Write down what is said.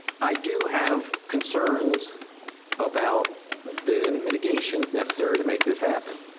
i do have concerns about the mitigation necessary to make this happen,